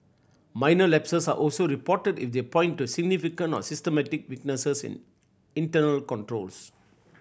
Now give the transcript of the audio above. minor lapses are also reported if they point to significant or systemic weaknesses in internal controls